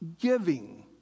giving